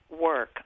work